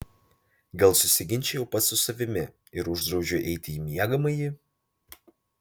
gal susiginčijau pats su savimi ir uždraudžiau eiti į miegamąjį